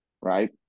Right